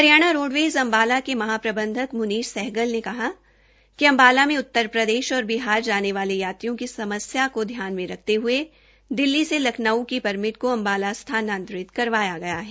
Haryana roadways Ambala के महा प्रबन्धक म्नीष सहगल ने कहा कि अंबाला में उत्तर प्रदेश और बिहार जाने वालो यात्रियों की समस्या को ध्यान में रखते हए दिल्ली से लखनऊ की परमिट को अंबाला स्थानन्तरित करवाया गया है